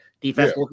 Defense